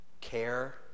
care